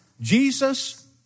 Jesus